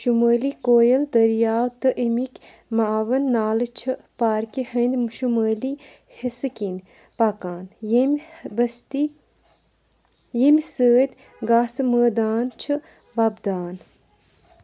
شُمٲلی کویل دٔریاو تہٕ اَمِکۍ معاوٕن نالہٕ چھِ پارکہِ ہٕنٛدۍ شُمٲلی حِصہٕ کِنۍ پَکان ییٚمہِ بٔستی ییٚمہِ سۭتۍ گاسہٕ مٲدان چھُ وۄپدان